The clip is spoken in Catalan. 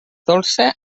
dolça